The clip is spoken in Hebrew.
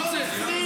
כל הכבוד,